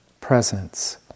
presence